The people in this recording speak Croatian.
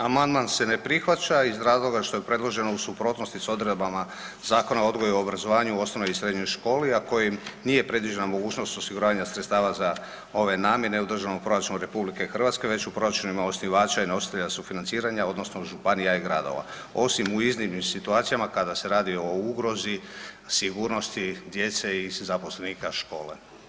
Amandman se ne prihvaća iz razloga što je predloženo u suprotnosti s odredbama Zakona o odgoju i obrazovanju u osnovnoj i srednjoj školi, a kojim nije predviđena mogućnost osiguranja sredstava za ove namjene u Državnom proračunu RH već u proračunima osnivača i nositelja sufinanciranja odnosno županija i gradova, osim u iznimnim situacijama kada se radi o ugrozi, sigurnosti djece i zaposlenika škole.